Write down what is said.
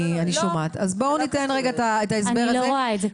(אומרת דברים